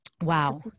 wow